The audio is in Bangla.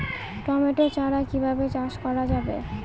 টমেটো চারা কিভাবে চাষ করা যাবে?